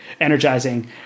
energizing